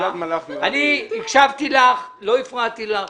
אני הקשבתי לך ולא הפרעתי לך.